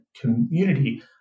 community